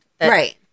right